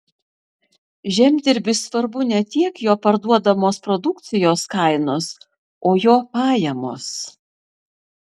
žemdirbiui svarbu ne tiek jo parduodamos produkcijos kainos o jo pajamos